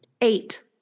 Eight